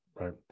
right